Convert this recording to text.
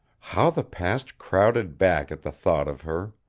how the past crowded back at the thought of her!